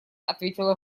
ответила